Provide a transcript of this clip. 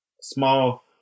small